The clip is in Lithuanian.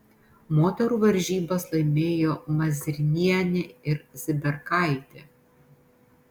moterų varžybas laimėjo mazrimienė ir ziberkaitė